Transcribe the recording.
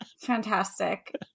fantastic